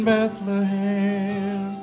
Bethlehem